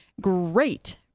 great